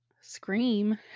Scream